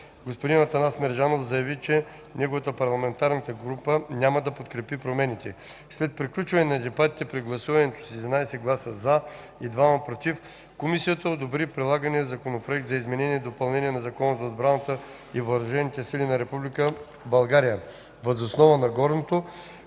Господин Атанас Мерджанов заяви, че неговата парламентарна група няма да подкрепи промените. След приключване на дебатите при гласуването с 11 гласа „за” и двама „против” Комисията одобри предлагания Законопроект за изменение и допълнение на Закона за отбраната и въоръжените сили на Република България. Въз основа на горното